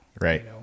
Right